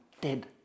dead